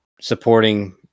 supporting